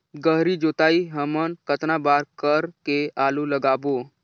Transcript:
गहरी जोताई हमन कतना बार कर के आलू लगाबो?